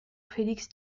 félix